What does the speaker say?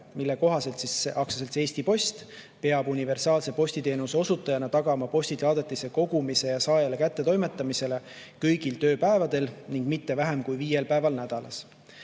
mille kohaselt Eesti Post peab universaalse postiteenuse osutajana tagama postisaadetiste kogumise ja saajale kättetoimetamise kõigil tööpäevadel ning mitte vähem kui viiel päeval nädalas.